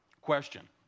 Question